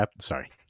Sorry